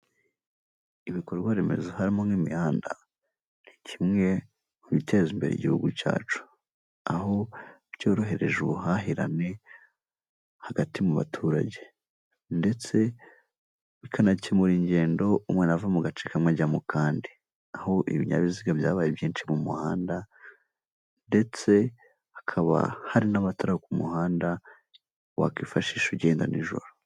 Ibikorwa remezo harimo nk'imihanda, ni kimwe mu biteza imbere igihugu cyacu, aho byorohereje ubuhahirane hagati mu baturage ndetse bikanakemura ingendo umuntu ava mu gace kamwe ajya mu kandi, aho ibinyabiziga byabaye byinshi mu muhanda ndetse hakaba hari n'amatara ku muhanda wakwifashisha ugenda n'ijoro.